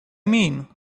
mean